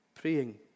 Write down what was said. praying